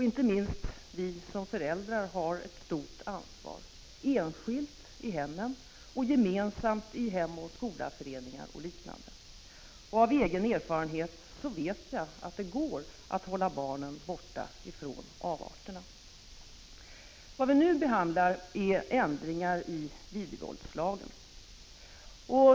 Inte minst vi föräldrar har ett stort ansvar — enskilt i hemmen och gemensamt i hem och skola-föreningar och liknande organisationer. Av egen erfarenhet vet jag att det går att hålla barnen borta från avarterna. Vad vi nu behandlar är ändringar i videovåldslagen.